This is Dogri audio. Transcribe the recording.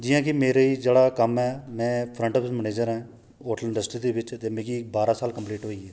जि'यां कि मेरे गी जेह्ड़ा कम्म ऐ में फ्रंट मैनेजर आं होटल इंडस्ट्री दे बिच ते मिगी बारां साल कंम्पलीट होई गे